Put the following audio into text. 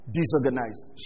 disorganized